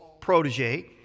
protege